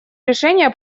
решение